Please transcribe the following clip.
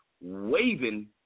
waving